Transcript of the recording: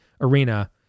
arena